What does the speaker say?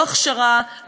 לא הכשרה,